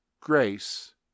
grace